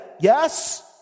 yes